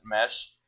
mesh